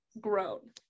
grown